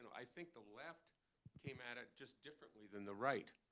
i think the left came at it just differently than the right.